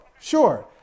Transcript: Sure